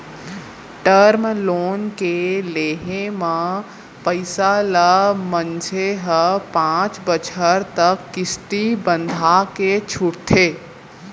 term loan के लेहे म पइसा ल मनसे ह पांच बछर तक किस्ती बंधाके छूटथे